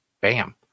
Bam